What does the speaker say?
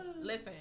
Listen